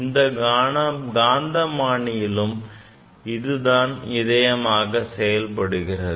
இந்த காந்தமானியிலும் அதுதான் இதயமாக செயல்படுகிறது